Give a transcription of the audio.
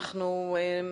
אדום,